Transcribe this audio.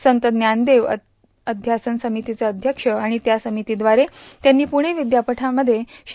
संत ज्ञानदेव अध्यासन समितीचे अध्यक्ष आणि त्या समितीव्दरे त्यांनी पुणे विद्यापीठामध्ये श्री